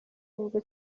wumva